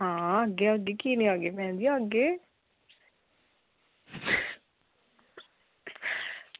आं आह्गे आह्गे कीऽ निं भैन जी आह्गे